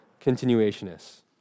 continuationists